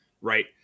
right